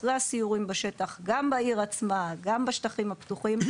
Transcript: אחרי הסיורים בשטח גם בעיר עצמה וגם בשטחים הפתוחים,